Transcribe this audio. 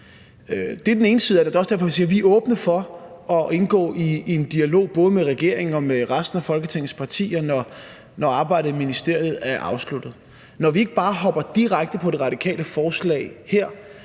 vi er åbne for at indgå i en dialog, både med regeringen og med resten af Folketingets partier, når arbejdet i ministeriet er afsluttet. Når vi ikke bare hopper direkte på det radikale forslag her,